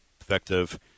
effective